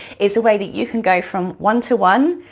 is a way that you can go from one to one,